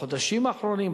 בחודשים האחרונים,